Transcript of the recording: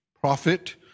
prophet